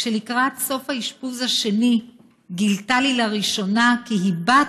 כשלקראת סוף האשפוז השני גילתה לי לראשונה כי היא בת,